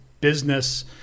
business